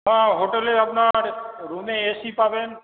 হ্যাঁ হোটেলে আপনার রুমে এসি পাবেন